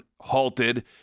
halted